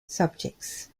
subjects